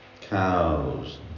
cows